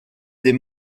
des